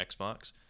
Xbox